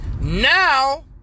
Now